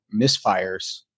misfires